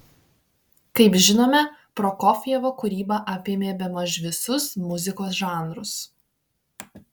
kaip žinome prokofjevo kūryba apėmė bemaž visus muzikos žanrus